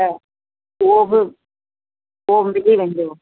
त उहो बि उहो बि मिली वेंदो